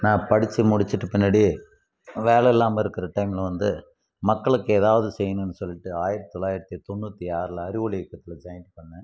நான் படித்து முடிச்சுட்டு பின்னாடி வேலை இல்லாமல் இருக்கிற டைமில் வந்து மக்களுக்கு ஏதாவது செய்யணும்னு சொல்லிட்டு ஆயிரத்து தொள்ளாயிரத்து தொண்ணுாற்றி ஆறில் அறிவொளி இயக்கத்தில் ஜாயின் பண்ணிணேன்